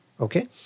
okay